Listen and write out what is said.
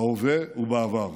בהווה ובעבר: